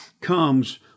comes